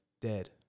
dead